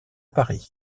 paris